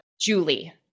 Julie